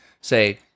say